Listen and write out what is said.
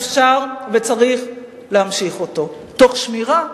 אפשר וצריך להמשיך אותו, תוך שמירה,